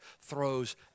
throws